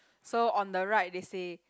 so on the right they say